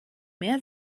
mehr